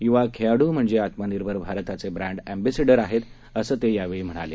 युवा खेळाडू म्हणजे आत्मानिर्भर भारताचे ब्रँड अख्रिंसिडर आहेत असं ते यावेळी म्हणाले